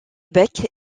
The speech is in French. bec